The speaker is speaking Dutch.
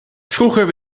vroeger